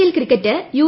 L cricket U